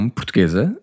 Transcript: portuguesa